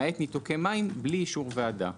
נוספים למעט ניתוקי מים בלי אישור ועדה.